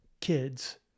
kids